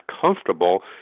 comfortable